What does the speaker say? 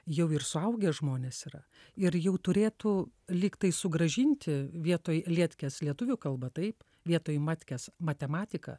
jau ir suaugę žmonės yra ir jau turėtų lygtai sugrąžinti vietoj lietkės lietuvių kalbą taip vietoj matkės matematiką